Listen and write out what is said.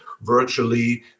virtually